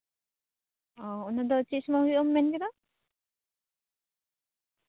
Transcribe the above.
ᱚ ᱚᱱᱟᱫᱚ ᱪᱮᱫ ᱥᱚᱢᱚᱭ ᱦᱩᱭᱩᱜᱼᱟ ᱢᱮᱱᱠᱮᱫᱟᱢ